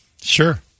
Sure